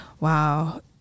wow